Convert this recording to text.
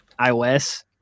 iOS